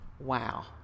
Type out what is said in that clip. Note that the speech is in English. Wow